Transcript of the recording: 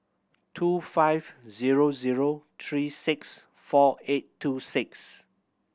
two five zero zero three six four eight two six